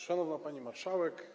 Szanowna Pani Marszałek!